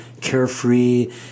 carefree